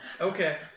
Okay